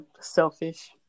selfish